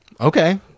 Okay